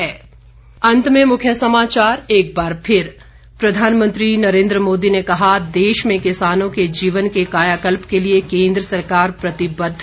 अंत में मुख्य समाचार एक बार फिर प्रधानमंत्री नरेन्द्र मोदी ने कहा देश में किसानों के जीवन के कायाकल्प के लिए केंद्र सरकार प्रतिबद्ध